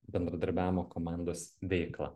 bendradarbiavimo komandos veiklą